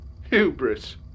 Hubris